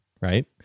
right